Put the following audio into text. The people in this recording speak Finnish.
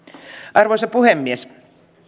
arvoisa puhemies